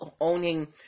owning